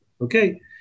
okay